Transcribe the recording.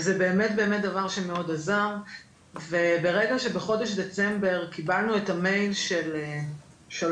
וזה באמת דבר שמאוד עזר וברגע שבחודש דצמבר קיבלנו את המייל זה נעצר,